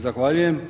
Zahvaljujem.